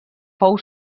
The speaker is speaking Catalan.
fou